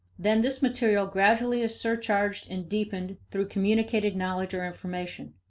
then this material gradually is surcharged and deepened through communicated knowledge or information.